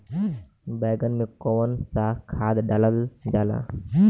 बैंगन में कवन सा खाद डालल जाला?